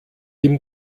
ihm